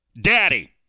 daddy